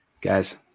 guys